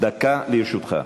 דקה לרשותך.